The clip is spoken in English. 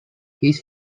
his